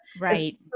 Right